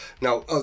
now